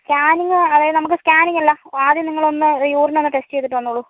scanning അതായത് നമുക്ക് scanning അല്ല ആദ്യം നിങ്ങളൊന്ന് യൂറിൻ ഒന്ന് ടെസ്റ്റ് ചെയ്തിട്ട് വന്നോളൂ